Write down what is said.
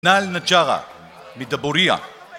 נאיל נג'אגה, מדבוריה